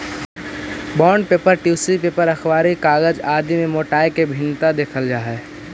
bond paper, tissue paper, अखबारी कागज आदि में मोटाई के भिन्नता देखल जा हई